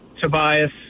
Tobias